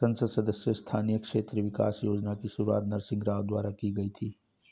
संसद सदस्य स्थानीय क्षेत्र विकास योजना की शुरुआत नरसिंह राव द्वारा की गई थी